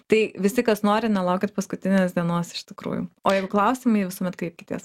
tai visi kas nori nelaukit paskutinės dienos iš tikrųjų o jeigu klausimai visuomet kreipkitės